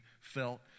felt